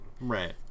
Right